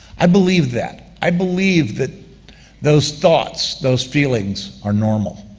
i believe that. i believe that those thoughts, those feelings, are normal.